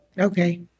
Okay